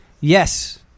Yes